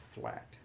flat